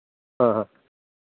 ആ ആ